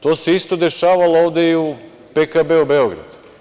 To se isto dešavalo ovde u PKB Beograd.